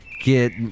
get